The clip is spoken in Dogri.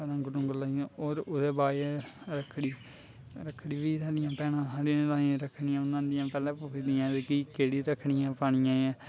रंग रूंग लाइये होर उ'दे बाद रक्खड़ी रक्खड़ी बी बहनां पैह्लें पुछदियां केह्ड़ियां रक्खड़ियां पानियां ऐ